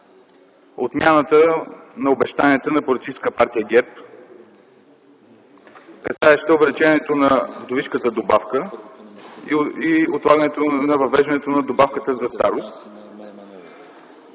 отмяната на обещанията на политическа партия ГЕРБ, касаеща увеличението на вдовишката добавка, и отлагането на въвеждането на добавката за старост.